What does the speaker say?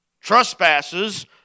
trespasses